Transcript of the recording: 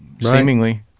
seemingly